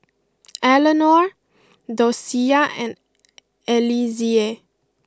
Eleanore Dosia and Eliezer